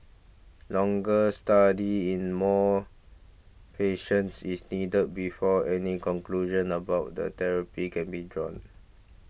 longer study in more patients is needed before any conclusions about the therapy can be drawn